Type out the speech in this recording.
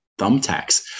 thumbtacks